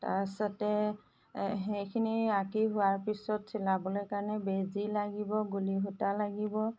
তাৰ পিছতে সেইখিনি আঁকি হোৱাৰ পিছত চিলাবলৈ কাৰণে বেজি লাগিব গুলি সূতা লাগিব